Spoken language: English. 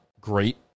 great